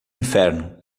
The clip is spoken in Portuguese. inferno